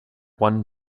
one